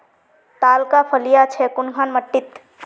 लालका फलिया छै कुनखान मिट्टी त?